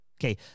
Okay